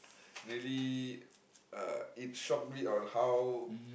really uh it shocked me on how